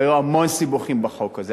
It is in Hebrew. והיו המון סיבוכים בחוק הזה,